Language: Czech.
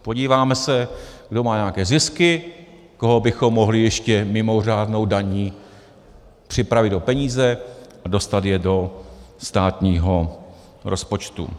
Podíváme se, kdo má nějaké zisky, koho bychom mohli ještě mimořádnou daní připravit o peníze, a dostat je do státního rozpočtu.